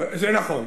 זה נכון.